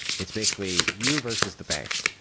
it's basically you versus the bank.